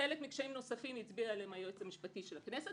חלק מקשיים נוספים הצביע עליהם היועץ המשפטי של הכנסת,